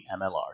MLR